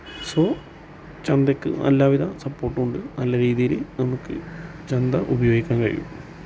so ചന്തക്ക് എല്ലാ വിധ സപ്പോർട്ടും ഉണ്ട് നല്ല രീതിയിൽ നമുക്ക് ചന്ത ഉപയോഗിക്കാൻ കഴിയും